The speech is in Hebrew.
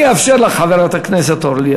אני אאפשר לך, חברת הכנסת אורלי